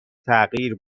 تغییر